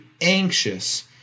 anxious